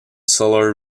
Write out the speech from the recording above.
solar